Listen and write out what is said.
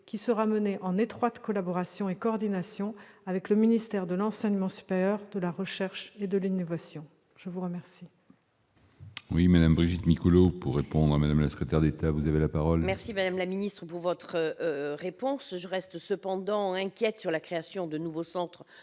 lequel sera mené en étroite collaboration et coordination avec le ministère de l'enseignement supérieur, de la recherche et de l'innovation. La parole